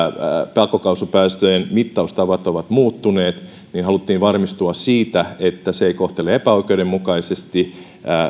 pakokaasupäästöjen mittaustavat ovat muuttuneet niin haluttiin varmistua siitä että se ei kohtele epäoikeudenmukaisesti